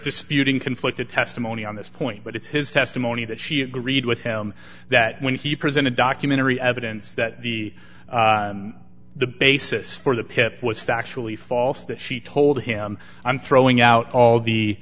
disputing conflicted testimony on this point but it's his testimony that she agreed with him that when he presented documentary evidence that the the basis for the pip was factually false that she told him i'm throwing out all the